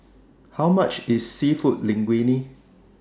How much IS Seafood Linguine